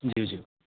ज्यू ज्यू